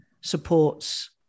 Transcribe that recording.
supports